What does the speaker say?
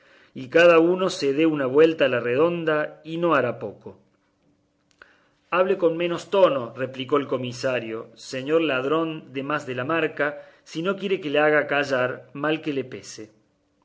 y cada uno se dé una vuelta a la redonda y no hará poco hable con menos tono replicó el comisario señor ladrón de más de la marca si no quiere que le haga callar mal que le pese